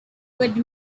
would